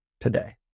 Today